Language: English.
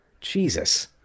Jesus